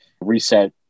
reset